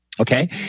Okay